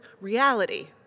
reality